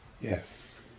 Yes